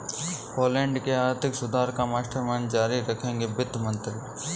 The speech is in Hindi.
पोलैंड के आर्थिक सुधार का मास्टरमाइंड जारी रखेंगे वित्त मंत्री